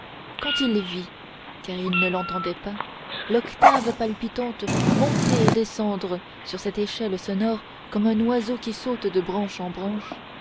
quand il vit car il ne l'entendait pas l'octave palpitante monter et descendre sur cette échelle sonore comme un oiseau qui saute de branche en branche